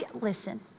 listen